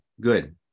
good